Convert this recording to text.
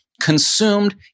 consumed